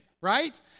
right